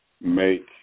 make